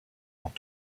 ont